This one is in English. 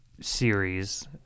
series